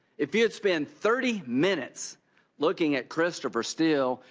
if you had spent thirty minutes looking at christopher steele,